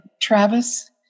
Travis